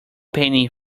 penny